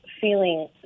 feeling